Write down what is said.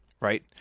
right